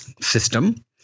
system